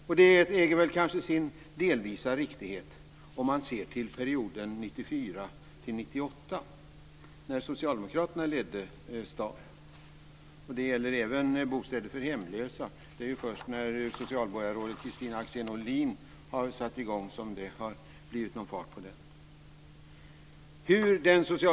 Och det äger väl kanske sin delvisa riktighet om man ser på perioden 1994-1998 när socialdemokraterna ledde staden. Det gäller även bostäder för hemlösa. Det är först när socialborgarrådet Kristina Axén Olin har satt i gång detta som det har blivit någon fart på det.